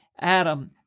Adam